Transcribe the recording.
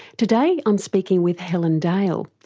today i'm speaking with helen dale.